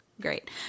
Great